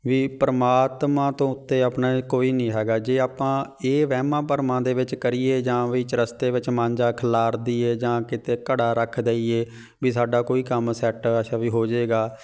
ਵੀ ਪਰਮਾਤਮਾ ਤੋਂ ਉੱਤੇ ਆਪਣੇ ਕੋਈ ਨਹੀਂ ਹੈਗਾ ਜੇ ਆਪਾਂ ਇਹ ਵਹਿਮਾਂ ਭਰਮਾਂ ਦੇ ਵਿੱਚ ਕਰੀਏ ਜਾਂ ਵੀ ਚਰਸਤੇ ਵਿੱਚ ਮਾਂਜਾ ਖਲਾਰ ਦੇਈਏ ਜਾਂ ਕਿਤੇ ਘੜਾ ਰੱਖ ਦੇਈਏ ਵੀ ਸਾਡਾ ਕੋਈ ਕੰਮ ਸੈਟ ਅੱਛਾ ਵੀ ਹੋ ਜਾਏਗਾ